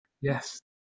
Yes